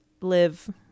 live